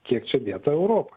kiek čia dėta europa